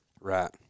Right